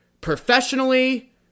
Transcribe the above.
professionally